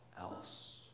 else